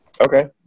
Okay